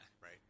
Right